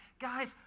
guys